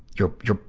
your, your,